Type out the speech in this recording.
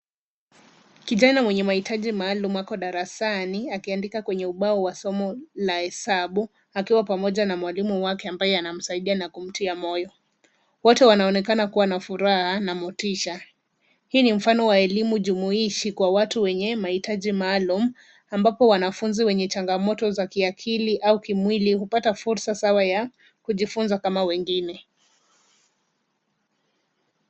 Kijana mwenye mahitaji maalum ako darasani akiandika kwenye ubao wa somo la hesabu akiwa pamoja na mwalimu wake ambaye anamsidia na kumtia moyo. Wote wanaonekana kuwa na furaha na motisha. Hii ni mfano wa elimu jumuishi kwa watu weney mahitaji maalum ambapo wanafunzi wenye changamoto za kiakili au kimwili hupata fursa sawa ya kujifunza kama wengine.